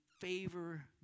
favor